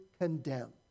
condemn